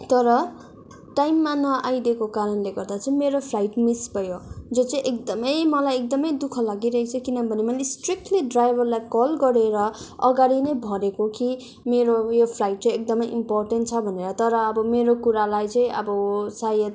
तर टाइममा नआइदेको कारणले गर्दा चाहिँ मेरो फ्लाइट मिस भयो जो चाहिँ एकदमै मलाई एकदमै दुःख लागिरहेको छ किनभने मैले स्ट्रिकली ड्राइभरलाई कल गरेर अगाडि नै भनेको कि मेरो उयो फ्लाइट चैँ एकदमै इम्पोर्टेन्ट छ भनेर तर अब मेरो कुरालाई चाहिँ अब सायद